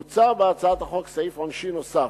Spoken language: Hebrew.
מוצע בהצעת החוק סעיף עונשין נוסף,